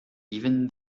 even